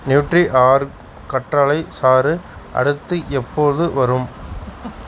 நியூட்ரிஆர்க் கற்றாழை சாறு அடுத்து எப்போது வரும்